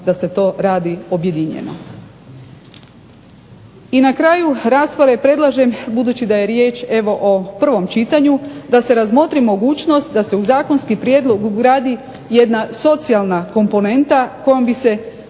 I na kraju rasprave predlažem, budući da je riječ o prvom čitanju, da se razmotri mogućnost da se u zakonski prijedlog ugradi jedna socijalna komponenta kojom bi se upravo